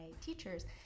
teachers